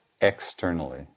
externally